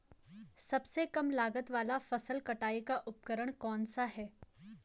सबसे कम लागत वाला फसल कटाई का उपकरण कौन सा है?